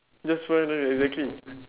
that's why though exactly